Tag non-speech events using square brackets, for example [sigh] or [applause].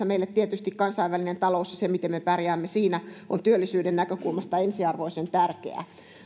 [unintelligible] meille tietysti kansainvälinen talous ja se miten me pärjäämme siinä on työllisyyden näkökulmasta ensiarvoisen tärkeää